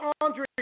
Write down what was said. Andre